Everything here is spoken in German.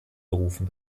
berufen